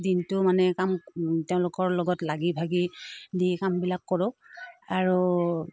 দিনটো মানে কাম তেওঁলোকৰ লগত লাগি ভাগি দি কামবিলাক কৰোঁ আৰু